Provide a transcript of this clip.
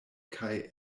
kaj